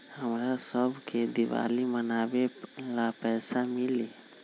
हमरा शव के दिवाली मनावेला पैसा मिली?